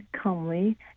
calmly